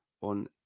on